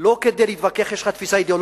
לא כדי להתווכח: יש לך תפיסה אידיאולוגית,